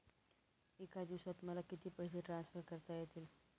एका दिवसात मला किती पैसे ट्रान्सफर करता येतील?